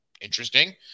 Interesting